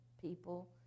people